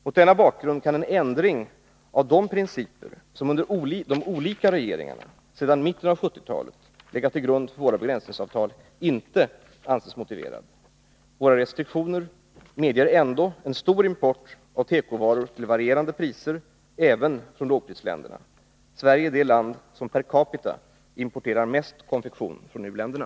Mot denna bakgrund kan en ändring av de principer som under de olika regeringarna sedan mitten av 1970-talet legat till grund för våra begränsningsavtal inte anses vara motiverad. Våra restriktioner medger ändå en stor import av tekovaror till varierande priser, även från lågprisländerna. Sverige är det land som per capita importerar mest konfektion från u-länderna.